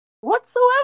whatsoever